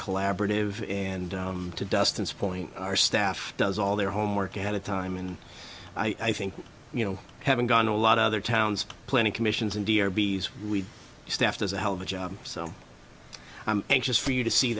collaborative and to dust in supporting our staff does all their homework ahead of time and i think you know having gone to a lot of other towns plenty commissions and dear be staffed as a hell of a job so i'm anxious for you to see